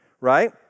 right